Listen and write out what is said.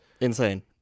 Insane